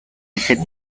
ese